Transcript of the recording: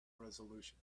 resolution